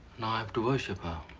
now i have to worship her.